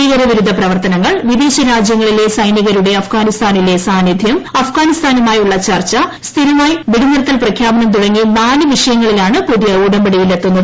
ഭീകര വിരുദ്ധ പ്രവർത്തനങ്ങൾ വിദ്ദേശ രാജ്യങ്ങളിലെ സൈനികരുടെ അഫാഗാനിസ്ഥാനിലെ സ്വാന്നികൃം അഫ്ഗാനിസ്ഥാനുമായുള്ള ചർച്ച സ്ഥിരമായി വെടി നിർത്തിൽ പ്രഖ്യാപനം തുടങ്ങി നാല് വിഷയങ്ങളി ലാണ് പുതിയ ഉടമ്പടിയിലെത്തുന്നത്